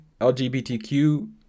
LGBTQ